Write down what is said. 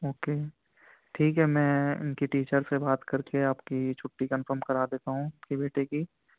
okay ٹھیک ہے میں ان کی ٹیچر سے بات کر کے آپ کی چھٹی کنفم کرا دیتا ہوں آپ کے بیٹے کی